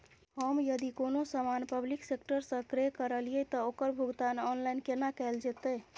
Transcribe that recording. हम यदि कोनो सामान पब्लिक सेक्टर सं क्रय करलिए त ओकर भुगतान ऑनलाइन केना कैल जेतै?